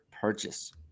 purchase